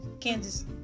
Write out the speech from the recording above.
Kansas